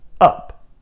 up